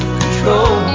control